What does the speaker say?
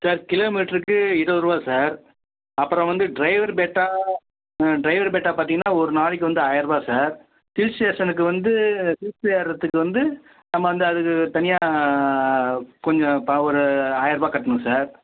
sir kilo மீட்டருக்கு இருபது ரூபா சார் அப்புறம் வந்து டிரைவர் பேட்டா டிரைவர் பேட்டா பார்த்தீங்கன்னா ஒரு நாளைக்கு வந்து ஆயிரம் ரூபாய் சார் ஹில் ஸ்டேஷனுக்கு வந்து ஹில்ஸ் ஏறுகிறத்துக்கு வந்து நம்ம அந்த அதுக்கு தனியாக கொஞ்சம் இப்போ ஒரு ஆயிரம் ரூபாய் கட்டணும் சார்